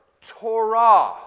Torah